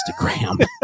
Instagram